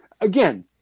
again